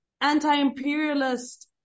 anti-imperialist